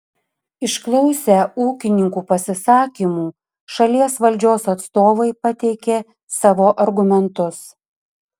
išklausę ūkininkų pasisakymų šalies valdžios atstovai pateikė savo argumentus